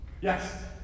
Yes